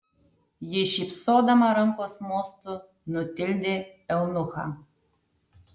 ji šypsodama rankos mostu nutildė eunuchą